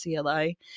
CLI